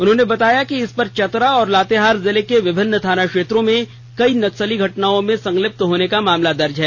उन्होंने बताया कि इस पर चतरा और लातेहार जिले के विभिन्न थाना क्षेत्रों में कई नक्सली घटनाओं में संलिप्त होने का मामला दर्ज है